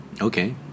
Okay